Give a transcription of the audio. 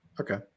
Okay